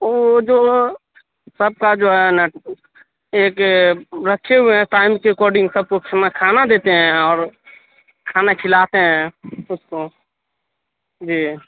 وہ جو سب کا جو ہے نا ایک رکھے ہوئے ہیں ٹائم کے اکارڈنگ سب کچھ میں کھانا دیتے ہیں اور کھانا کھلاتے ہیں اس کو جی